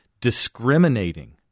discriminating